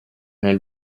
nel